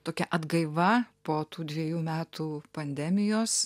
tokia atgaiva po tų dviejų metų pandemijos